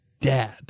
dad